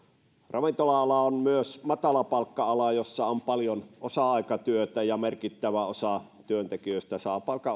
ravintola ala on myös matalapalkka ala jossa on paljon osa aikatyötä ja merkittävä osa työntekijöistä saa palkan